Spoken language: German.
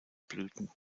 blüten